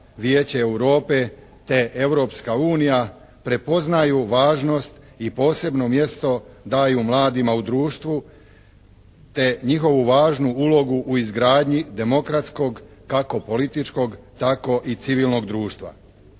Vijeće Europe te Europska unija prepoznaju važnost i posebno mjesto daju mladima u društvu te njihovu važnu ulogu u izgradnji demokratskog kako političkog tako i civilnog društva.